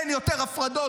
אין יותר הפרדות.